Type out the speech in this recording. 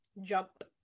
Jump